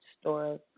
store